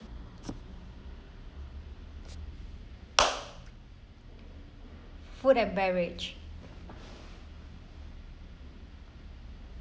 food and beverage